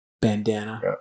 bandana